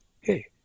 Hey